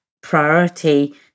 priority